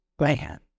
man